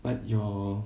but your